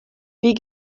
wie